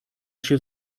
się